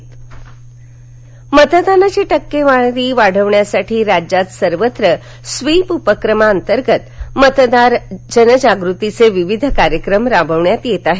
मतदान मतदानाची टक्केवारी वाढवण्यासाठी राज्यात सर्वत्र स्वीप उपक्रमांतर्गत मतदार जनजागृतीचे विविध कार्यक्रम राबविण्यात येत आहेत